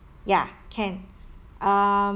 ya can um